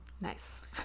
Nice